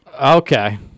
Okay